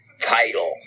title